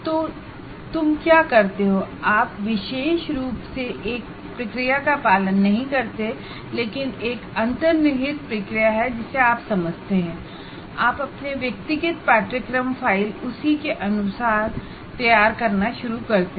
तो आप एक प्रक्रिया का पालन नहीं करते हैं लेकिन कुछ अंतर्निहित प्रक्रिया है जिसे आप समझते हैं और आप अपनी व्यक्तिगत कोर्स फ़ाइल उसी के अनुसार तैयार करना शुरू करते हैं